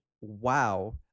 wow